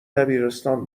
دبیرستان